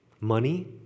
Money